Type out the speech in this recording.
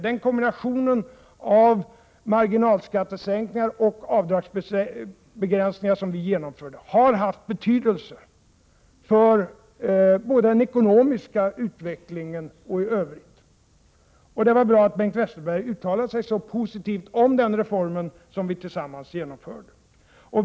Den kombination av marginalskattesänkningar och avdragsbegränsningar som vi genomförde har haft betydelse både för den ekonomiska utvecklingen och i övrigt. Det var bra att Bengt Westerberg uttalade sig så positivt om den reform som vi tillsammans genomförde.